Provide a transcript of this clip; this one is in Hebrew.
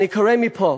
אני קורא מפה: